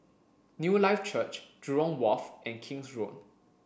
Newlife Church Jurong Wharf and King's Road